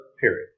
Period